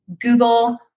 Google